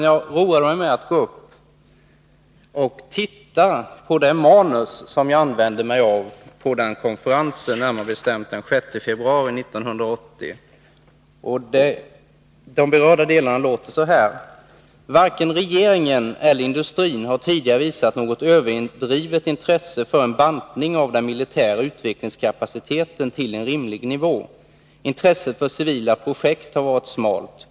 Jag roade mig med att gå upp och titta på det manus som jag använde mig av på den konferensen, närmare bestämt den 6 februari 1980. De berörda delarna låter så här: ”Varken regeringen eller industrin har tidigare visat något överdrivet intresse för en bantning av den militära utvecklingskapaciteten till en rimlig nivå. Intresset för civila projekt har varit svalt.